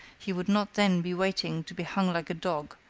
he would not then be waiting to be hung like a dog,